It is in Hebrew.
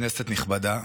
כנסת נכבדה,